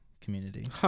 community